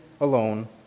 alone